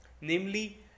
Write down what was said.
namely